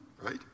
right